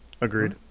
Agreed